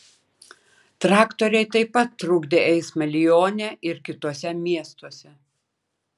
traktoriai taip pat trukdė eismą lione ir kituose miestuose